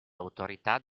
autorità